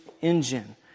engine